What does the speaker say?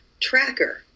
Tracker